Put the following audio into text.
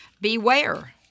Beware